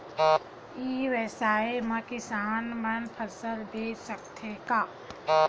ई व्यवसाय म किसान मन फसल बेच सकथे का?